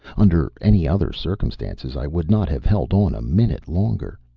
under any other circumstances i would not have held on a minute longer.